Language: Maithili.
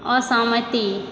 असहमति